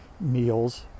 meals